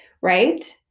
right